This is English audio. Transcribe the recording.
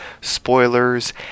spoilers